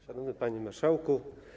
Szanowny Panie Marszałku!